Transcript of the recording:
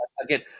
again